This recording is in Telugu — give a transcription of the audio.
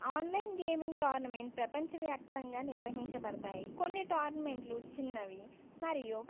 ఆన్లైన్ గేమింగ్ టోర్నమెంట్ ప్రపంచవ్యాప్తంగా నిర్వహించబడతాయి కొన్ని టోర్నమెంట్లు చిన్నవి మరియు